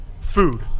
Food